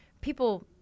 people